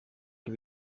que